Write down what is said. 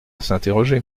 s’interroger